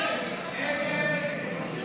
ההסתייגויות לסעיף 23 בדבר תוספת תקציב לא נתקבלו.